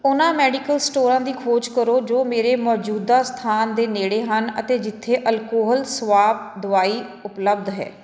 ਉਹਨਾਂ ਮੈਡੀਕਲ ਸਟੋਰਾਂ ਦੀ ਖੋਜ ਕਰੋ ਜੋ ਮੇਰੇ ਮੌਜੂਦਾ ਸਥਾਨ ਦੇ ਨੇੜੇ ਹਨ ਅਤੇ ਜਿੱਥੇ ਅਲਕੋਹਲ ਸਵਾਬ ਦਵਾਈ ਉਪਲਬਧ ਹੈ